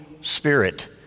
Spirit